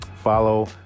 follow